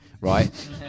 right